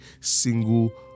single